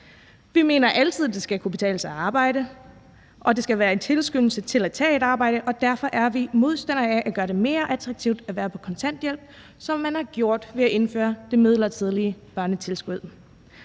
Vi mener altid, at det skal kunne betale sig at arbejde, og det skal være en tilskyndelse til at tage et arbejde, og derfor er vi modstandere af at gøre det mere attraktivt at være på kontanthjælp, som man har gjort det ved at indføre det midlertidige børnetilskud.